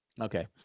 Okay